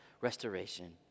restoration